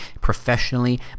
professionally